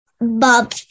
Bob